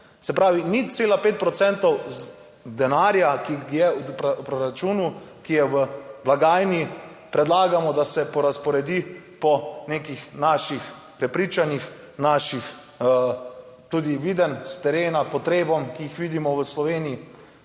se pravi 0,5 % denarja, ki je v proračunu, ki je v blagajni, predlagamo da se prerazporedi po nekih naših prepričanjih, naših tudi videnj s terena potrebam, ki jih vidimo v Sloveniji,